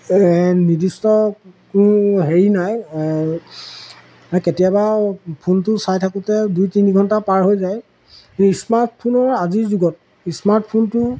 নিৰ্দিষ্ট কোনো হেৰি নাই কেতিয়াবা ফোনটো চাই থাকোঁতে দুই তিনি ঘণ্টা পাৰ হৈ যায় কিন্তু ইস্মাৰ্টফোনৰ আজিৰ যুগত স্মাৰ্টফোনটো